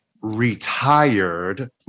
retired